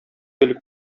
гел